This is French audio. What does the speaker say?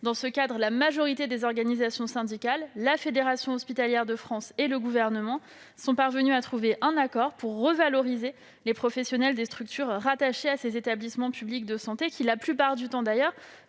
Dans ce cadre, la majorité des organisations syndicales, la Fédération hospitalière de France et le Gouvernement sont parvenus à trouver un accord pour revaloriser les professionnels des structures rattachées aux établissements publics de santé, qui, la plupart du temps,